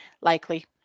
Likely